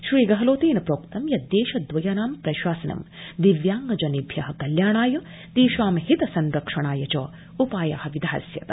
श्री गहलोतेन प्रोक्तं यत प्रदेश दवयानां प्रशासनं दिव्यांगजनेभ्य कल्याणाय तेषां हित संरक्षणाय च उपाया विधास्यत